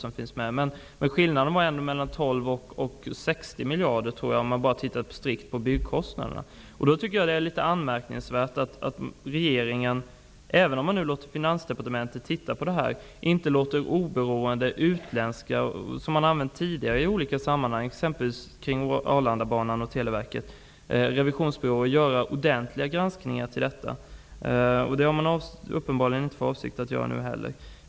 Jag tror att skillnaden ändå var mellan 12 och 60 miljarder kronor, om man bara ser strikt till byggkostnaderna. Även om Finansdepartementet nu ser över detta är det anmärkningsvärt att regeringen inte låter oberoende utländska revisionsbyråer göra ordentliga granskningar, vilket man tidigare har gjort i olika sammanhang som exempelvis i fråga om Arlandabanan och Televerket. Uppenbarligen har regeringen nu inte för avsikt att göra en sådan granskning.